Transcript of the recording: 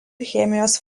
chemijos